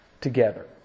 Together